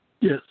Yes